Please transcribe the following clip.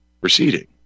proceeding